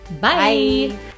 Bye